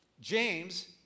James